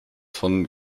von